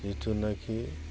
जितुनाकि